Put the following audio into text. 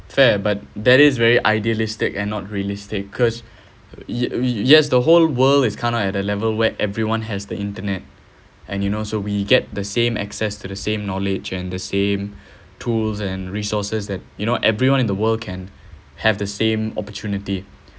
fair but that is very idealistic and not realistic because y~ yes the whole world is kinda at the level where everyone has the internet and you know so we get the same access to the same knowledge and the same tools and resources that you know everyone in the world can have the same opportunity